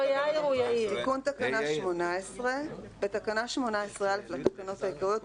"תיקון תקנה 184. בתקנה 18(א) לתקנות העיקריות,